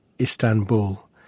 Istanbul